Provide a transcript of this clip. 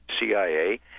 CIA